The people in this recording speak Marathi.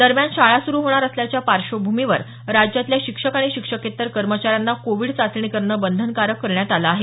दरम्यान शाळा सुरु होणार असल्याच्या पार्श्वभूमीवर राज्यातल्या शिक्षक आणि शिक्षकेत्तर कर्मचाऱ्यांना कोविड चाचणी करणं बंधनकारक करण्यात आलं आहे